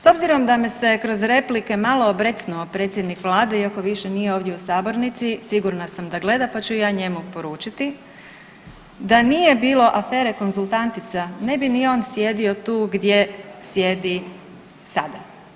S obzirom da me se kroz replike malo obrecnuo predsjednik vlade iako više nije ovdje u saborni sigurna sam da gleda pa ću i ja njemu poručiti, da nije bilo afere Konzultantica na bi ni on sjedio tu gdje sjedi sada.